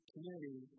community